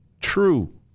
true